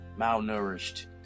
malnourished